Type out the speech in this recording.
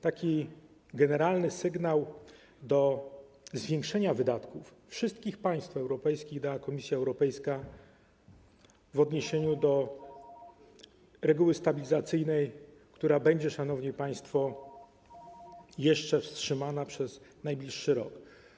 Taki generalny sygnał do zwiększenia wydatków wszystkich państw europejskich dała Komisja Europejska w odniesieniu do reguły stabilizacyjnej, która będzie wstrzymana jeszcze przez najbliższy rok.